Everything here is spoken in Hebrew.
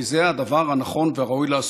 כי זה הדבר הנכון והראוי לעשות.